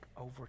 over